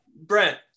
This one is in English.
Brent